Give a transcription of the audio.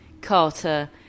Carter